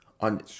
on –